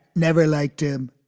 never liked him.